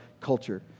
culture